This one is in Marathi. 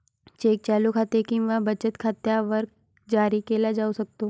चेक चालू खाते किंवा बचत खात्यावर जारी केला जाऊ शकतो